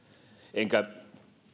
enkä